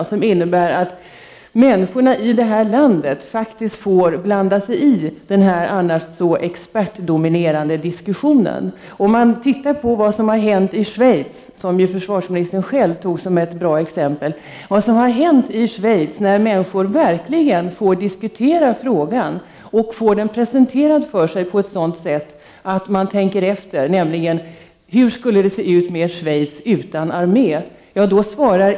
Det skulle innebära att människorna i detta land faktiskt får blanda sig i denna annars så expertdominerade diskussion. 111 Försvarsministern tog själv upp Schweiz som ett bra exempel. I Schweiz har människor verkligen fått diskutera frågan och fått den presenterad för sig på ett sådant sätt att de tänker efter, nämligen hur skulle det se ut med Schweiz utan armé?